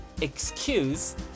excuse